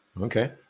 okay